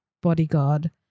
bodyguard